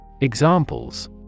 Examples